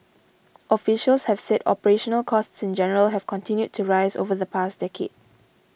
officials have said operational costs in general have continued to rise over the past decade